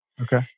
Okay